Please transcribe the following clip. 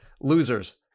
losers